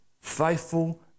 faithful